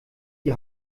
die